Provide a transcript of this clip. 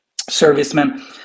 servicemen